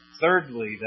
thirdly